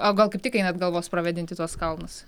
o gal kaip tik einat galvos pravėdint į tuos kalnus